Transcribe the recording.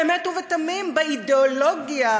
באמת ובתמים ב"אידיאולוגיה",